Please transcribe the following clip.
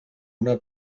una